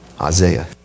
Isaiah